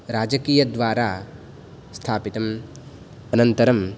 राजकीयद्वारा स्थापितम् अनन्तरं